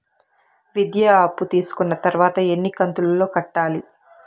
విద్య అప్పు తీసుకున్న తర్వాత ఎన్ని కంతుల లో కట్టాలి?